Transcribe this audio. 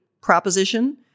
proposition